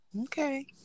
Okay